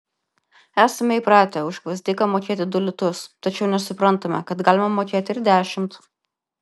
esame įpratę už gvazdiką mokėti du litus tačiau nesuprantame kad galima mokėti ir dešimt